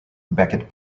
beckett